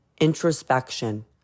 Introspection